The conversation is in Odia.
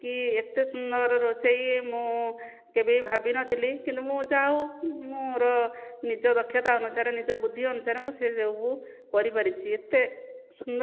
କି ଏତେ ସୁନ୍ଦର ରୋଷେଇ ମୁଁ କେବେ ବି ଭାବିନଥିଲି କିନ୍ତୁ ମୁଁ ଯାହା ହେଉ ମୋର ନିଜ ଦକ୍ଷତା ଅନୁସାରେ ନିଜ ବୁଦ୍ଧି ଅନୁସାରେ ମୁଁ ସେସବୁ କରିପାରିଛି ଏତେ ସୁନ୍ଦର